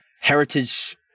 heritage